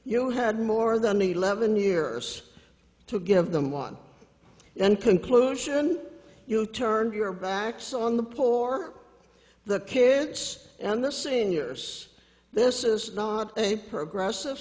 you had more than eleven years to give them one then conclusion you turned your backs on the poor the kids and the seniors this is not a progress